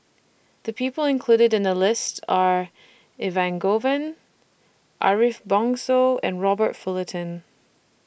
The People included in The list Are Elangovan Ariff Bongso and Robert Fullerton